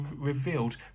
revealed